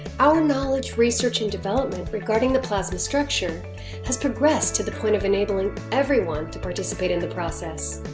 our knowledge, research and development regarding the plasma structure has progressed to the point of enabling everyone to participate in the process.